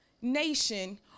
nation